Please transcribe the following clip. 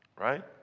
right